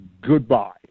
Goodbye